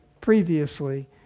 previously